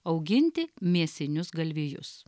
auginti mėsinius galvijus